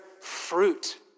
fruit